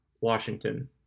Washington